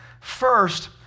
First